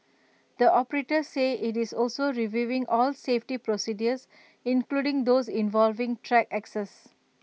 the operator said IT is also reviewing all safety procedures including those involving track access